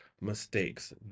mistakes